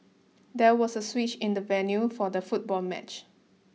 there was a switch in the venue for the football match